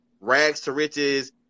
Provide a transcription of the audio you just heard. rags-to-riches